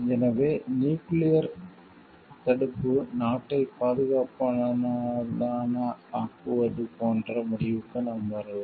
எனவே நியூக்கிளியர் தடுப்பு நாட்டை பாதுகாப்பானதாக்குவது போன்ற முடிவுக்கு நாம் வரலாம்